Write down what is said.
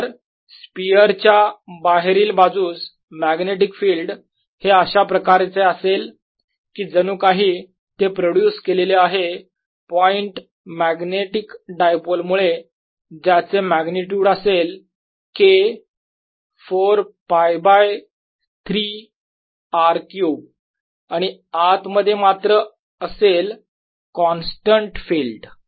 तर स्पियरच्या बाहेरील बाजूस मॅग्नेटिक फिल्ड हे अशा प्रकारे असेल की जणू काही ते प्रोड्युस केलेले आहे पॉईंट मॅग्नेटिक डायपोल मुळे ज्याचे मॅग्निट्युड असेल K 4 π बाय 3 R क्यूब आणि आत मध्ये मात्र असेल कॉन्स्टंट फिल्ड